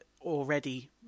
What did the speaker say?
already